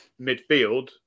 midfield